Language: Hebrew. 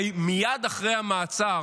הרי מייד אחרי המעצר